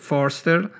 Forster